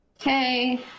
Okay